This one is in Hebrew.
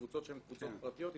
קבוצות שהן קבוצות פרטיות,